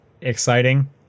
exciting